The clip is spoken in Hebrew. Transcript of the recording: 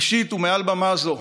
ראשית ומעל במה זו,